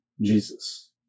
Jesus